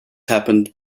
happened